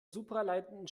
supraleitenden